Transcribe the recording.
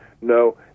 No